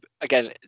again